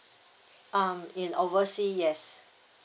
um in overseas yes